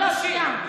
לא, שנייה.